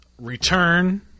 Return